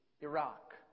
Iraq